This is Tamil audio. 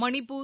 மணிப்பூர்